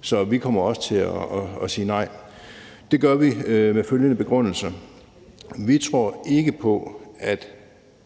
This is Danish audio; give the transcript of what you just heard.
så vi kommer også til at sige nej. Det gør vi med følgende begrundelse: Vi tror ikke på, at